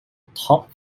top